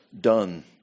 done